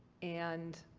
and